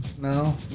No